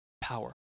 power